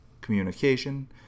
communication